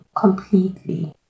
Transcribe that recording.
completely